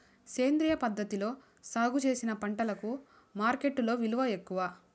సేంద్రియ పద్ధతిలో సాగు చేసిన పంటలకు మార్కెట్టులో విలువ ఎక్కువ